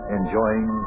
enjoying